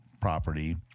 property